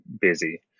busy